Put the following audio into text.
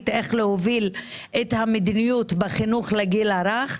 איך להוביל את המדיניות בחינוך לגיל הרך,